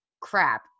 crap